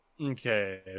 Okay